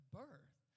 birth